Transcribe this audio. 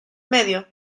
medio